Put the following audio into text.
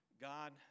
God